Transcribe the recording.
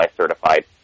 certified